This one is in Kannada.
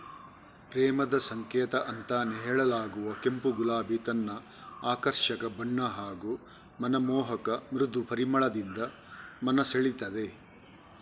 ಪ್ರೇಮದ ಸಂಕೇತ ಅಂತಾನೇ ಹೇಳಲಾಗುವ ಕೆಂಪು ಗುಲಾಬಿ ತನ್ನ ಆಕರ್ಷಕ ಬಣ್ಣ ಹಾಗೂ ಮನಮೋಹಕ ಮೃದು ಪರಿಮಳದಿಂದ ಮನ ಸೆಳೀತದೆ